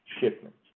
shipments